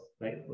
right